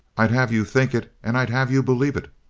i'd have you think it and i'd have you believe it.